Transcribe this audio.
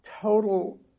total